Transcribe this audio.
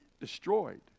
destroyed